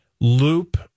loop